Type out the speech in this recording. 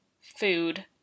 food